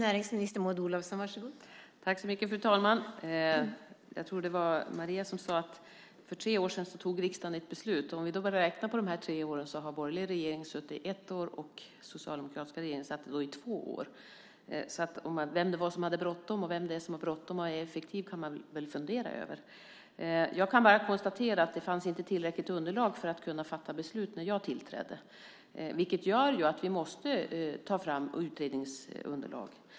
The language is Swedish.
Fru talman! Jag tror att det var Maria som sade att för tre år sedan tog riksdagen ett beslut. Räknar vi på dessa tre år har den borgerliga regeringen suttit ett år och den socialdemokratiska två år, så vem som har bråttom och vem som är effektiv kan man fundera över. Jag kan bara konstatera att det inte fanns tillräckligt underlag för att kunna fatta beslut när jag tillträdde. Det gör att vi måste ta fram utredningsunderlag.